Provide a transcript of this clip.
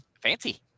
fancy